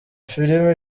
filime